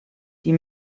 die